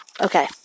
Okay